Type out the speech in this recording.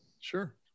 Sure